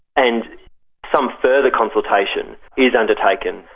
and some further consultation is undertaken.